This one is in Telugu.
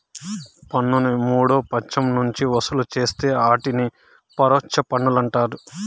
పన్నుని మూడో పచ్చం నుంచి వసూలు చేస్తే ఆటిని పరోచ్ఛ పన్నులంటారు